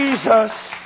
Jesus